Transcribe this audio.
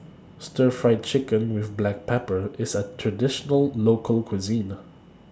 Stir Fried Chicken with Black Pepper IS A Traditional Local Cuisine